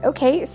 Okay